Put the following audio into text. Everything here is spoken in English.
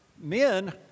Men